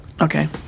okay